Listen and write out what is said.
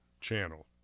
channel